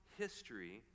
history